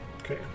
Okay